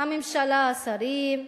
הממשלה, השרים,